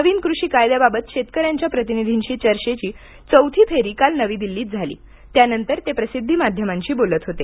नवीन कृषी कायद्याबाबत शेतकऱ्यांच्या प्रतिनिधींशी चर्चेची चौथी फेरी काल नवी दिल्लीत झाली त्यानंतर ते प्रसिद्धी माध्यमांशी बोलत होते